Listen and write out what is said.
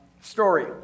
story